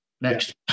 Next